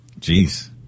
Jeez